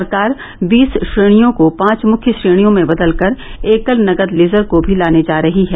सरकार बीस श्रेणियों को पांच मुख्य श्रेणियों में बदलकर एकल नकद लेजर को भी लाने जा रही है